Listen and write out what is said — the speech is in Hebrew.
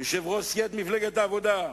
יושב-ראש סיעת העבודה,